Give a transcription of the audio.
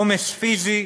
עומס פיזי,